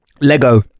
Lego